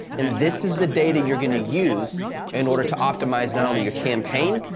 and this is the data you're gonna use in order to optimize not only your campaign,